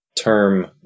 term